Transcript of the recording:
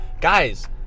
guys